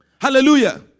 Hallelujah